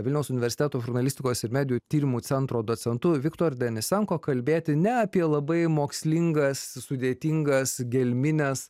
vilniaus universiteto žurnalistikos ir medijų tyrimo centro docentu viktor denisenko kalbėti ne apie labai mokslingas sudėtingas gelmines